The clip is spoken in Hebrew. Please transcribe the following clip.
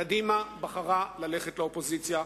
קדימה בחרה ללכת לאופוזיציה.